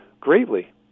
greatly